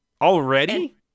Already